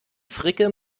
fricke